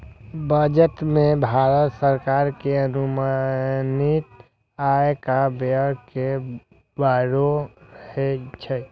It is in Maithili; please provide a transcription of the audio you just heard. बजट मे भारत सरकार के अनुमानित आय आ व्यय के ब्यौरा रहै छै